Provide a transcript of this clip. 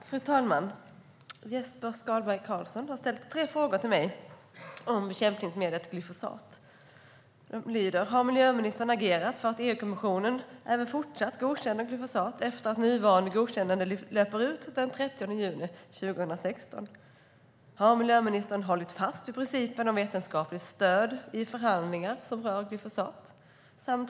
Fru talman! Jesper Skalberg Karlsson har ställt tre frågor till mig om bekämpningsmedlet glyfosat: Har miljöministern agerat för att EU-kommissionen även fortsatt godkänner glyfosat efter att nuvarande godkännande löper ut den 30 juni 2016? Har miljöministern hållit fast vid principen om vetenskapligt stöd i förhandlingar som rör glyfosat?